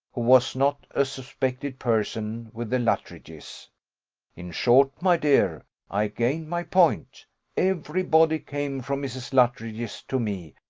who was not a suspected person with the luttridges in short, my dear, i gained my point every body came from mrs. luttridge's to me,